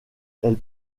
elles